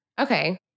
Okay